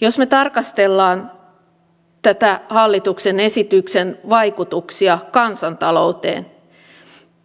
jos me tarkastelemme tämän hallituksen esityksen vaikutuksia kansantalouteen